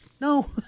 No